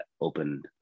open